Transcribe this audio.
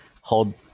hold